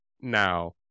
now